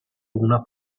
una